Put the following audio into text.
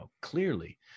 clearly